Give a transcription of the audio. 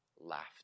laughter